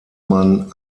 man